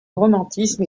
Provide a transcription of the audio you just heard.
romantisme